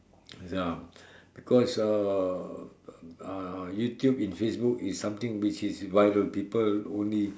ya because uh uh YouTube and Facebook is something which is viral people only